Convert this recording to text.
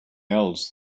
else